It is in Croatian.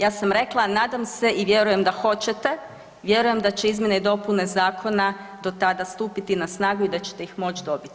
Ja sam rekla nadam se i vjerujem da hoćete, vjerujem da će izmjene i dopune zakona do tada stupiti na snagu i da ćete ih moći dobiti.